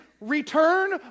return